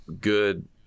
good